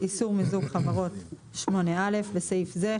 "איסור מיזוג חברות 8א. (א)בסעיף זה,